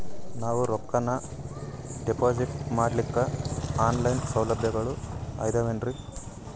ನಾವು ರೊಕ್ಕನಾ ಡಿಪಾಜಿಟ್ ಮಾಡ್ಲಿಕ್ಕ ಆನ್ ಲೈನ್ ಸೌಲಭ್ಯಗಳು ಆದಾವೇನ್ರಿ?